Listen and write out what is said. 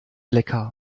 lecker